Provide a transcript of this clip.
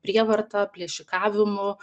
prievarta plėšikavimu